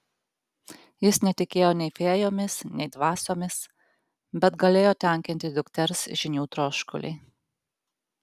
jis netikėjo nei fėjomis nei dvasiomis bet galėjo tenkinti dukters žinių troškulį